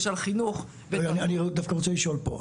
חינוך --- אני רוצה לשאול דווקא פה.